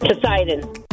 Poseidon